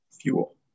fuel